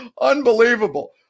Unbelievable